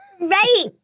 Right